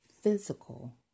physical